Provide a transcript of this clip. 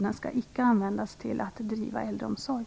Den skall icke användas till att driva äldreomsorg.